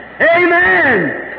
Amen